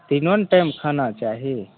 तीनो ने टाइम खाना चाही